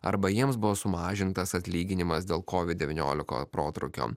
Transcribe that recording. arba jiems buvo sumažintas atlyginimas dėl covid devyniolika protrūkio